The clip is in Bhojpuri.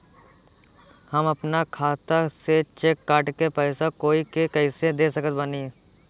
हम अपना खाता से चेक काट के पैसा कोई के कैसे दे सकत बानी?